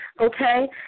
Okay